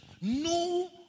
No